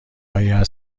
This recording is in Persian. آیه